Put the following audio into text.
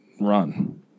run